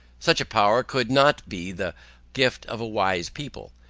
such a power could not be the gift of a wise people,